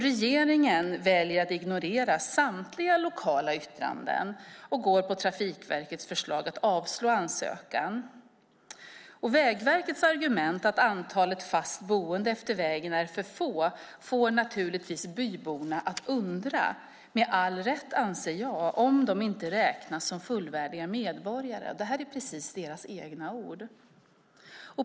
Regeringen väljer att ignorera samtliga lokala yttranden och går på Trafikverkets förslag att avslå ansökan. Vägverkets argument, att antalet fast boende efter vägen är för få, får naturligtvis byborna att undra, med all rätt anser jag, om de inte räknas som fullvärdiga medborgare. Det här är precis deras egna ord.